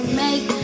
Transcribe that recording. make